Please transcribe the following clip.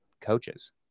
coaches